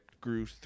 grew